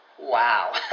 Wow